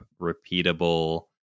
repeatable